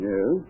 Yes